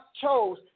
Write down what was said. chose